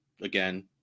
again